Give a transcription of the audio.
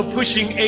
pushing